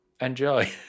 Enjoy